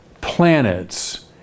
planets